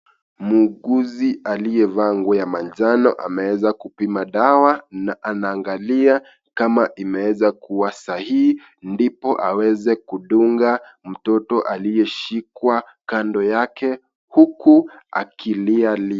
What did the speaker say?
Muuguzi aliyevaa nguo ya manjano ameeza kupima dawa na anaangalia kama imeeza kuwa sahihi ndipo aweze kudunga mtoto aliyeshikwa kando yake huku akilialia.